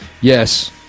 Yes